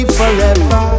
forever